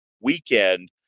weekend